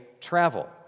travel